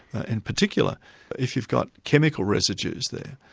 in particular if you've got chemical residues there.